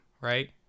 Right